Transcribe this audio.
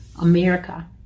America